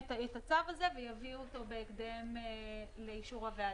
את הצו הזה ויביאו אותו בהקדם לאישור הוועדה.